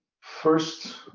First